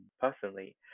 personally